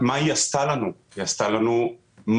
עשתה לנו הסיגריה היא עשתה לנו מדהים.